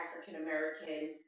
African-American